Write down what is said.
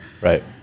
Right